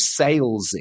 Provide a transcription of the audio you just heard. salesy